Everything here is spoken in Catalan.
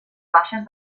baixes